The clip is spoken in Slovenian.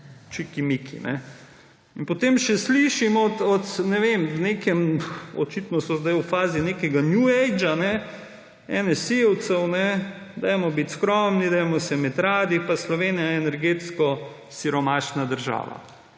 čiki miki. In potem še slišim od, ne vem, očitno so zdaj v fazi nekega new agea, enesijevcev – dajmo biti skromni, dajmo se imeti radi in Slovenija je energetsko siromašna država.